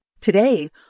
Today